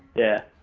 yeah.